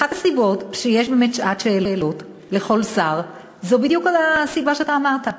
אחת הסיבות לכך שיש באמת שעת שאלות לכל שר היא בדיוק הסיבה שאתה אמרת: